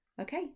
Okay